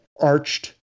arched